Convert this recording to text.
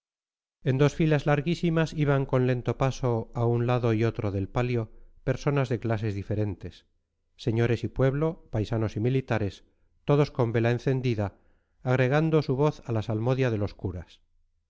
en dos filas larguísimas iban con lento paso a un lado y otro del palio personas de clases diferentes señores y pueblo paisanos y militares todos con vela encendida agregando su voz a la salmodia de los curas